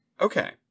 Okay